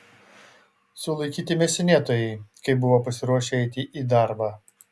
sulaikyti mėsinėtojai kai buvo pasiruošę eiti į darbą